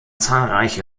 zahlreiche